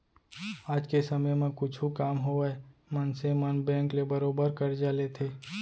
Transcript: आज के समे म कुछु काम होवय मनसे मन बेंक ले बरोबर करजा लेथें